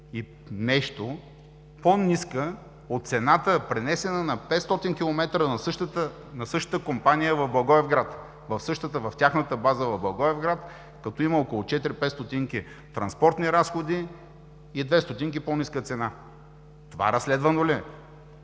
и нещо по-ниска от цената, пренесена на 500 км на същата компания в Благоевград – в тяхната база в Благоевград, като има 4-5 стотинки транспортни разходи и 2 стотинки по-ниска цена. Това разследвано ли